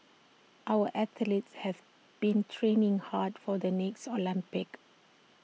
our athletes have been training hard for the next Olympics